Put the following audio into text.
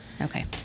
Okay